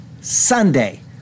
Sunday